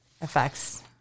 effects